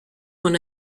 son